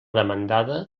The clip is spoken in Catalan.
demandada